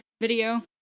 video